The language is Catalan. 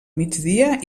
migdia